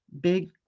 big